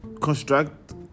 construct